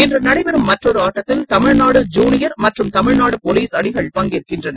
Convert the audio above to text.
இன்று நடைபெறும் மற்றொரு ஆட்டத்தில் தமிழ்நாடு ஜுளியர் மற்றும் தமிழ்நாடு போலீஸ் அணிகள் பங்கேற்கின்றன